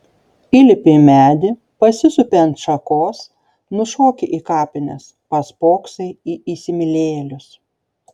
įlipi į medį pasisupi ant šakos nušoki į kapines paspoksai į įsimylėjėlius